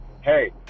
hey